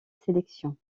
sélection